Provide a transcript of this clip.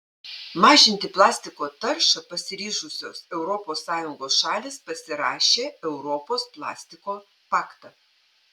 mažinti plastiko taršą pasiryžusios europos sąjungos šalys pasirašė europos plastiko paktą